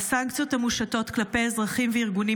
אדוני היושב-ראש, חבריי חברי